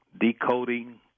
decoding